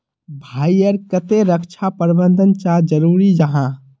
भाई ईर केते रक्षा प्रबंधन चाँ जरूरी जाहा?